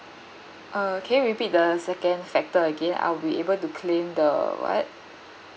uh can you repeat the second factor again I'll be able to claim the what